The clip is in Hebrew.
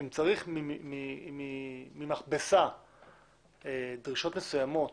אם צריך ממכבסה דרישות מסוימות